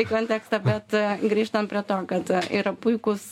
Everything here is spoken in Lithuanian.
į kontekstą bet grįžtam prie to kad yra puikūs